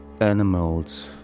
animals